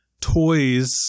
toys